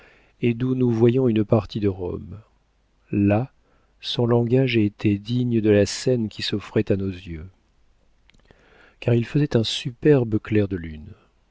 et d'où nous voyons une partie de rome là son langage a été digne de la scène qui s'offrait à nos yeux car il faisait un superbe clair de lune